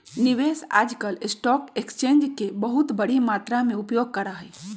निवेशक आजकल stock exchange के बहुत बडी मात्रा में उपयोग करा हई